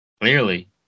clearly